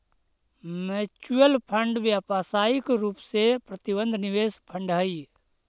mutual fund व्यावसायिक रूप से प्रबंधित निवेश फंड हई